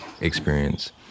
experience